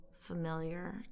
familiar